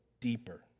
deeper